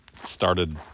started